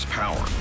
power